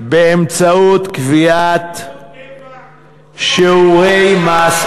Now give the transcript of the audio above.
באמצעות קביעת שיעורי מס,